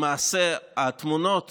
למעשה התמונות